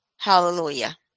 Hallelujah